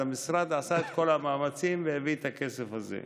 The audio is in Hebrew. אז המשרד עשה את כל המאמצים והביא את הכסף הזה.